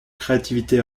créativité